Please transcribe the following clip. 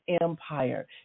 empire